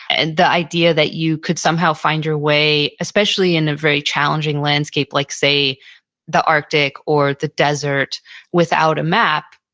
and the idea that you could somehow find your way, especially in a very challenging landscape like say the arctic or the desert without a map,